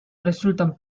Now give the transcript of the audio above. resultan